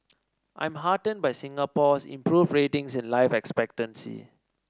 I'm heartened by Singapore's improved ratings in life expectancy